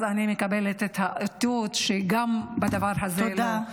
אז אני מקבלת את האיתות שגם בדבר הזה לא.